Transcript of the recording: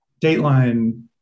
Dateline